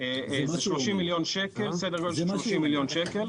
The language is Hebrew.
זה סדר גודל של 30 מיליון שקלים.